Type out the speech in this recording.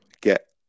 get